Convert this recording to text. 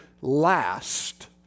last